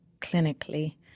clinically